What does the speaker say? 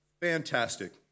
Fantastic